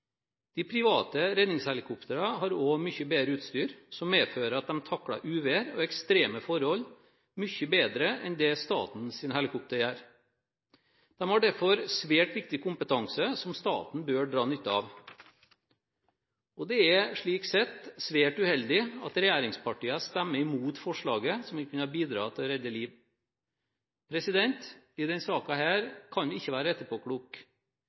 De private redningshelikoptrene har også mye bedre utstyr, som medfører at de takler uvær og ekstreme forhold mye bedre enn det statens helikoptre gjør. De har derfor svært viktig kompetanse, som staten bør dra nytte av. Det er slik sett svært uheldig at regjeringspartiene stemmer mot forslaget, som vil kunne bidra til å redde liv. I denne saken kan vi ikke være